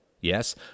Yes